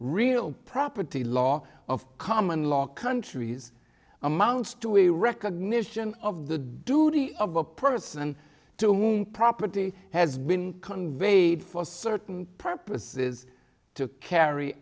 real property law of common law countries amounts to a recognition of the duty of a person to whom property has been conveyed for certain purposes to carry